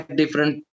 different